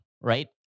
right